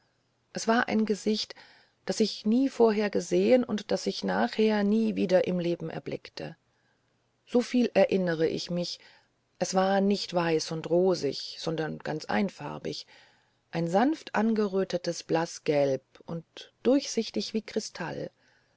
es war ein gesicht das ich nie vorher gesehen und das ich nachher nie wieder im leben erblickte soviel erinnere ich mich es war nicht weiß und rosig sondern ganz einfarbig ein sanft angerötetes blaßgelb und durchsichtig wie kristall